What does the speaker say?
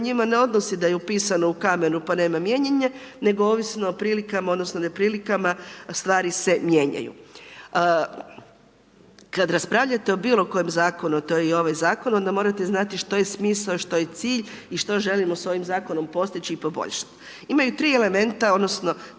njima ne odnosi da je upisano u kamenu, pa nema mijenjanja, nego ovisno o prilikama, odnosno, neprilikama, stvari se mijenjaju. Kada raspravljate o bilo kojem zakonu, a to je i o ovaj zakon, onda morate znate što je smisao, a što je cilj i što želimo s ovim zakonom postići i poboljšati. Imaju 3 elementa odnosno,